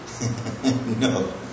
No